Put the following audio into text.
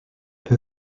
peu